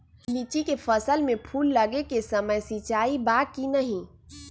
लीची के फसल में फूल लगे के समय सिंचाई बा कि नही?